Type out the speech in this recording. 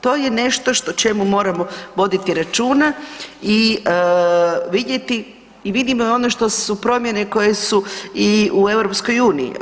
To je nešto o čemu moramo voditi računa i vidjeti i vidimo i ono što su promjene koje su i u EU.